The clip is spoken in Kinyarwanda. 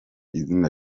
izina